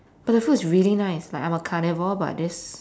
but the food is really nice like I'm a carnivore but this